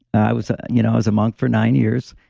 i was you know was a monk for nine years,